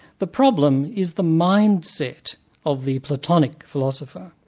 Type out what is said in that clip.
the problem is the mindset of the platonic philosopher,